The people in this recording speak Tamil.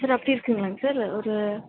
சார் அப்படி இருக்குதுங்களாங்க சார் ஒரு